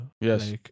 Yes